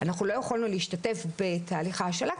אנחנו לא יכולנו להשתתף בתהליך ההשאלה,